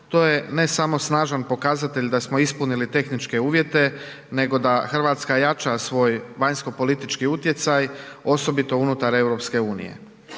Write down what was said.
To je ne samo snažan pokazatelj da smo ispunili tehničke uvjete nego da Hrvatska jača svoj vanjskopolitički utjecaj osobito unutar EU.